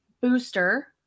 booster